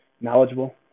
knowledgeable